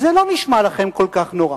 זה לא נשמע לכם כל כך נורא.